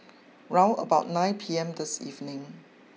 round about nine P M this evening